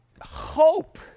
hope